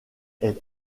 est